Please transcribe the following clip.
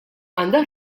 għandha